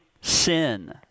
sin